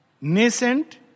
nascent